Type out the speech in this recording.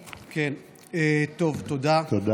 תודה.